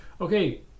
Okay